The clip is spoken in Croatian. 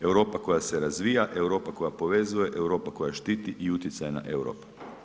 Europa koja se razvija, Europa koja povezuje, Europa koja štiti i Utjecajna Europa.